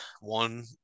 one